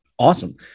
Awesome